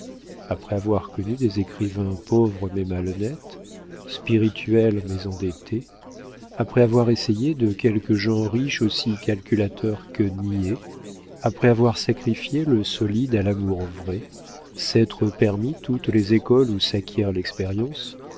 après avoir connu des écrivains pauvres mais malhonnêtes spirituels mais endettés après avoir essayé de quelques gens riches aussi calculateurs que niais après avoir sacrifié le solide à l'amour vrai s'être permis toutes les écoles où s'acquiert l'expérience